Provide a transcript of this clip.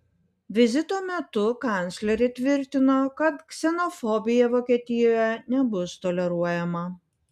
vizito metu kanclerė tvirtino kad ksenofobija vokietijoje nebus toleruojama